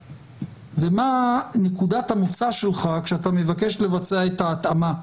ומה נקודת המוצא שלך כשאתה מבקש לבצע את ההתאמה?